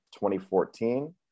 2014